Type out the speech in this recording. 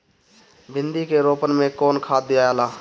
भिंदी के रोपन मे कौन खाद दियाला?